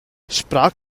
sprach